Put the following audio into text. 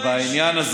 וכאן,